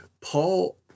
Paul